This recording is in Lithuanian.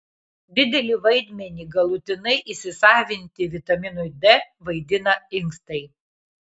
didelį vaidmenį galutinai įsisavinti vitaminui d vaidina inkstai